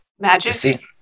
Magic